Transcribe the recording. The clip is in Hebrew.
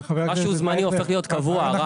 שהוא זמני הופך להיות קבוע.